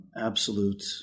absolute